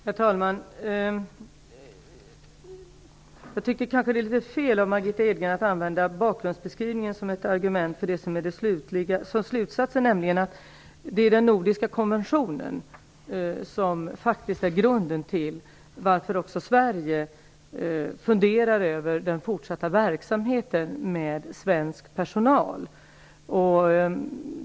Herr talman! Jag tycker att det är litet fel av Margitta Edgren att använda bakgrundsbeskrivningen som ett argument för slutsatsen, nämligen att det är den nordiska konventionen som faktiskt är grunden till att också Sverige funderar över den fortsatta verksamheten med svensk personal.